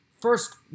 First